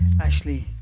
Ashley